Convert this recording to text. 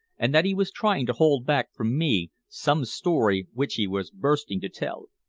and that he was trying to hold back from me some story which he was bursting to tell.